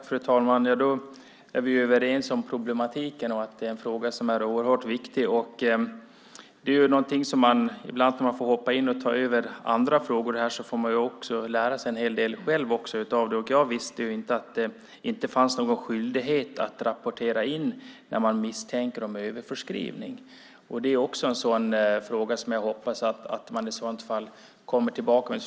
Fru talman! Då är vi överens om problematiken och att det är en fråga som är oerhört viktig. Ibland får man hoppa in och ta över andras frågor och får då själv lära sig en hel del. Jag visste ju inte att det inte finns någon skyldighet att rapportera när man misstänker överförskrivning. Det är också en fråga som jag hoppas att man kommer tillbaka till.